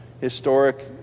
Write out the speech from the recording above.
historic